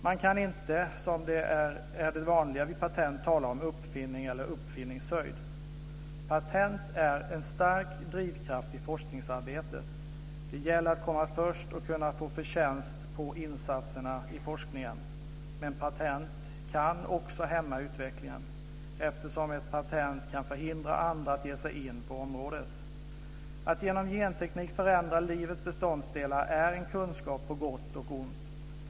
Man kan då inte som är det vanliga vid patent tala om uppfinning eller uppfinningshöjd. Patent är en stark drivkraft i forskningsarbetet. Det gäller att komma först och kunna få förtjänst på insatserna i forskningen. Men patent kan också hämma utvecklingen, eftersom ett patent kan förhindra andra att ge sig in på området. Att genom genteknik förändra livets beståndsdelar är en kunskap på gott och ont.